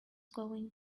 going